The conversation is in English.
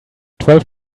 twelve